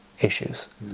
issues